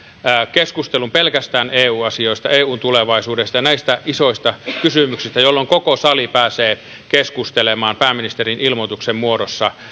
keskustelun pelkästään eu asioista eun tulevaisuudesta ja näistä isoista kysymyksistä jolloin koko sali pääsee keskustelemaan pääministerin ilmoituksen muodossa